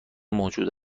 موجود